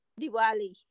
Diwali